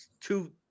two